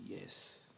yes